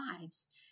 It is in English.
lives